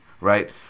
right